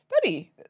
Study